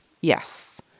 Yes